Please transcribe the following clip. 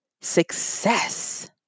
success